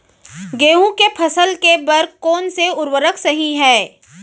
गेहूँ के फसल के बर कोन से उर्वरक सही है?